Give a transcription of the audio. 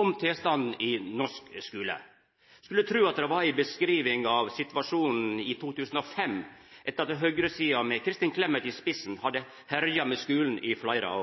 om tilstanden i norske skular. Ein skulle tru at det var ei beskriving av situasjonen i 2005, etter at høgresida, med Kristin Clemet i spissen, hadde herja med skulen i fleire